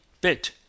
bit